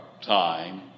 time